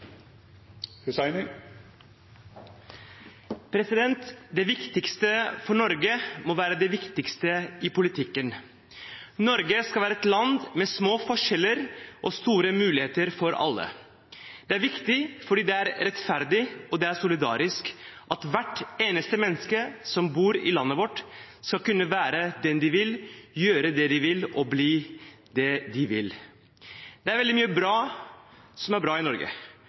Norge må være det viktigste i politikken. Norge skal være et land med små forskjeller og store muligheter for alle. Det er viktig fordi det er rettferdig, og det er solidarisk. Hvert eneste menneske som bor i landet vårt, skal kunne være den de vil, gjøre det de vil, og bli det de vil. Det er veldig mye som er bra i Norge,